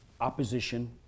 opposition